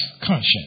conscience